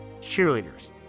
cheerleaders